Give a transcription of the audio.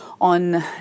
on